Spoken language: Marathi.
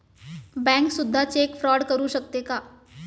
बँक सुद्धा चेक फ्रॉड करू शकते का?